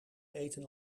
eten